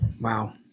Wow